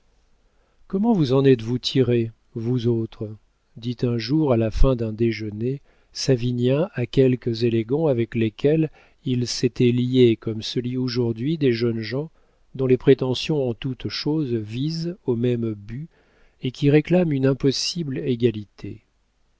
comment vous en êtes-vous tirés vous autres dit un jour à la fin d'un déjeuner savinien à quelques élégants avec lesquels il s'était lié comme se lient aujourd'hui des jeunes gens dont les prétentions en toute chose visent au même but et qui réclament une impossible égalité